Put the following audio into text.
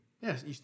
Yes